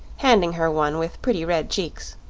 handing her one with pretty red cheeks.